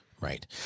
Right